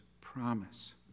promise